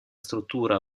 struttura